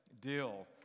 deal